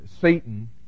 Satan